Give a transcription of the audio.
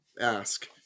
ask